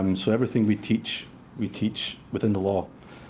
um so everything we teach we teach within the law.